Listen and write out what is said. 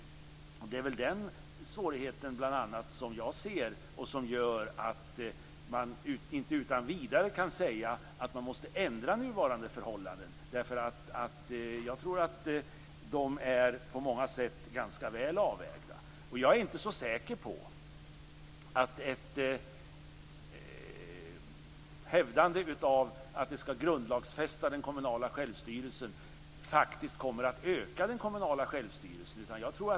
Det är bl.a. den svårigheten jag ser och som gör att man inte utan vidare kan säga att man måste ändra nuvarande förhållanden. De är på många sätt ganska väl avvägda. Jag är inte så säker på att ett hävdande av att den kommunala självstyrelsen skall grundlagsfästas faktiskt kommer att öka den kommunala självstyrelsen.